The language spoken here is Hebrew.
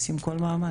עושים כל מאמץ.